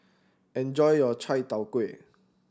enjoy your Chai Tow Kuay